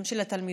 גם של התלמידות,